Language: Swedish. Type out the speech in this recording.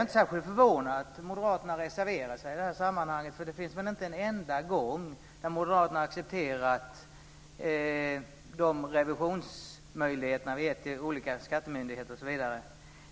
inte särskilt förvånad att moderaterna reserverar sig i sammanhanget. Det finns väl inte en enda gång där moderaterna har accepterat de revisionsmöjligheter vi har gett olika skattemyndigheter osv.